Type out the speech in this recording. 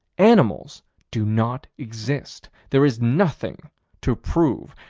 animals do not exist. there is nothing to prove.